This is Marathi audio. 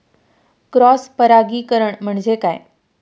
क्रॉस परागीकरण म्हणजे काय?